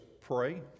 pray